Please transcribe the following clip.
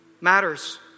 matters